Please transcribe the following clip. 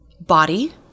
Body